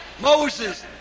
Moses